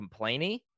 complainy